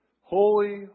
Holy